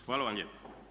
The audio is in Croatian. Hvala vam lijepa.